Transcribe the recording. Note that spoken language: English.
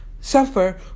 suffer